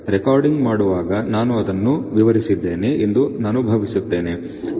recording ಮಾಡುವಾಗ ನಾನು ಇದನ್ನು ವಿವರಿಸಿದ್ದೇನೆ ಎಂದು ನಾನು ಭಾವಿಸುತ್ತೇನೆ